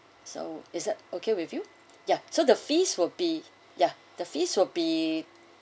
so is that okay with you ya so the fees will be ya the fees will be